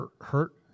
hurt